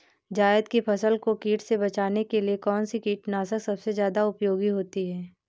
जायद की फसल को कीट से बचाने के लिए कौन से कीटनाशक सबसे ज्यादा उपयोगी होती है?